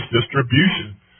distribution